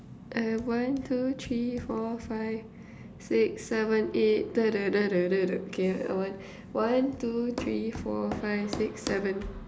uh one two three four five six seven eight okay uh one one two three four five six seven